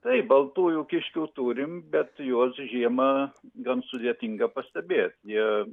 taip baltųjų kiškių turime bet juos žiemą gan sudėtinga pastebėti jie